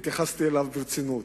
התייחסתי אליו ברצינות.